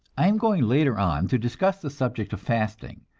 i am going later on to discuss the subject of fasting.